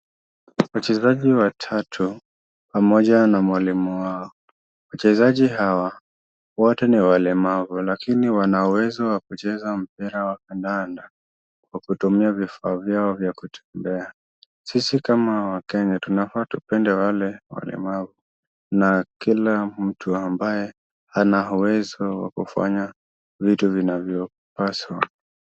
Wachezaji watatu pamoja na mwalimu wao, wachezaji hawa wote ni walemavu lakini wako na uwezo wakucheza mpira wa kandanda kwa kutumia vifaa vyao vya kutembea. Sisi kama wakenya tunafaa tupenda wale walemavu, na kila mtu ambaye ana uwezo wakufanya vitu vinavyopaswa.